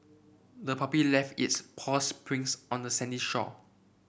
the puppy left its paws prints on the sandy shore